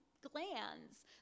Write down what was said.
glands